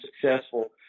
successful